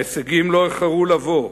ההישגים לא איחרו לבוא.